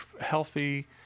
healthy